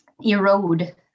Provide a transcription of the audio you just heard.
erode